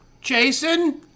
Jason